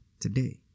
today